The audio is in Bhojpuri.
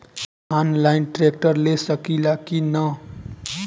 आनलाइन ट्रैक्टर ले सकीला कि न?